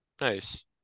Nice